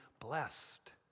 blessed